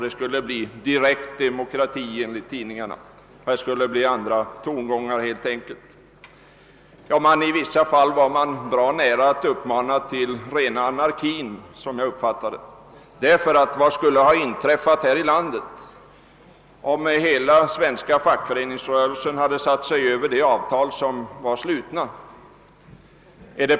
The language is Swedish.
Det skulle bli direkt demokrati enligt tidningarna. Det skulle helt enkelt bli andra tongångar. I vissa fall var man bra nära att uppmana till rena anarkin som jag uppfattade saken. Vad skulle ha inträffat här i landet, om hela den svenska fackföreningsrörelsen hade satt sig över de avtal som var slutna. '